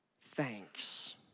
thanks